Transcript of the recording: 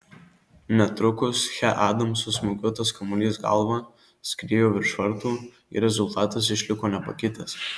netrukus che adamso smūgiuotas kamuolys galva skriejo virš vartų ir rezultatas išliko nepakitęs